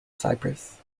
cyprus